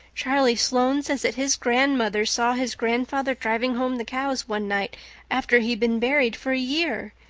charlie sloane says that his grandmother saw his grandfather driving home the cows one night after he'd been buried for a year.